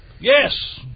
Yes